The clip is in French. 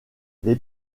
les